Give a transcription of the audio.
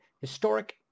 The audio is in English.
Historic